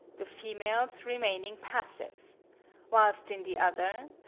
the females remaining passive whilst in the other,